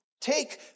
Take